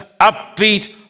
upbeat